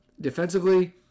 Defensively